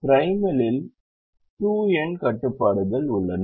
எனவே ப்ரைமலில் 2n கட்டுப்பாடுகள் உள்ளன